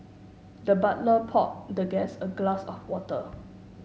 the butler poured the guest a glass of water